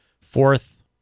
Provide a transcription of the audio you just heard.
fourth